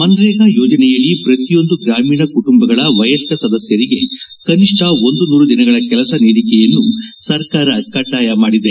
ಮನ್ರೇಗಾ ಯೋಜನೆಯಡಿ ಪ್ರತಿಯೊಂದು ಗ್ರಾಮೀಣ ಕುಟುಂಬಗಳ ವಯಸ್ತ ಸದಸ್ನರಿಗೆ ಕನಿಷ್ಠ ಒಂದು ನೂರು ದಿನಗಳ ಕೆಲಸ ನೀಡಿಕೆಯನ್ನು ಸರ್ಕಾರ ಕಡ್ಡಾಯ ಮಾಡಿದೆ